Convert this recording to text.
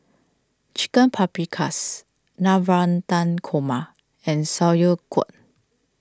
Chicken Paprikas Navratan Korma and Sauerkraut